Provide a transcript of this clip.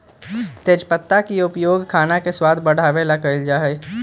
तेजपत्ता के उपयोग खाने के स्वाद बढ़ावे ला कइल जा हई